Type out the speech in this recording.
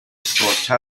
for